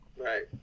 Right